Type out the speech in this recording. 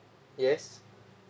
yes